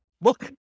look